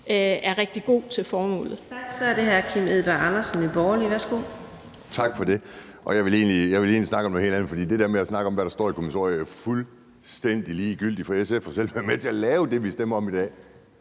er rigtig god til formålet.